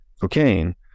cocaine